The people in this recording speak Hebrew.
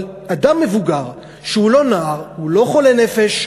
אבל אדם מבוגר, שהוא לא נער, הוא לא חולה נפש,